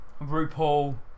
RuPaul